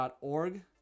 org